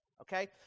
Okay